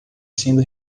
sendo